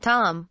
Tom